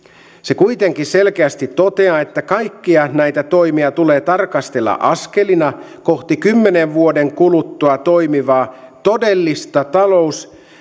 se kuitenkin selkeästi toteaa että kaikkia näitä toimia tulee tarkastella askelina kohti kymmenen vuoden kuluttua toimivaa todellista talous